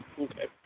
okay